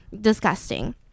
disgusting